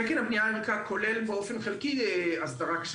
תקן הבנייה כולל באופן חלקי הסדרה,